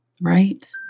Right